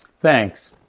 Thanks